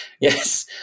Yes